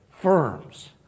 firms